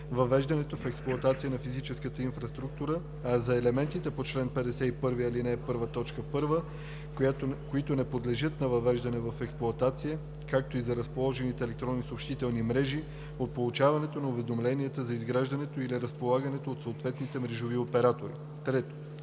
въвеждането в експлоатация на физическата инфраструктура, а за елементите по чл. 51, ал. 1, т. 1, които не подлежат на въвеждане в експлоатация, както и за разположените електронни съобщителни мрежи – от получаването на уведомление за изграждането или разполагането от съответните мрежови оператори; 3.